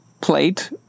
plate